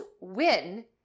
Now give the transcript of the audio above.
win